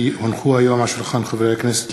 כי הונחו היום על שולחן הכנסת,